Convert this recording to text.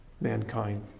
mankind